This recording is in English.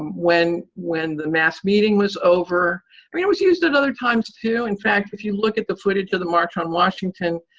when when the mass meeting was over i mean it was used at other times too. in fact, if you look at the footage of the march on washington,